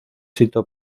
sito